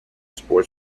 sports